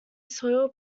soil